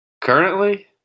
Currently